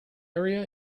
area